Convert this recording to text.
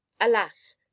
alas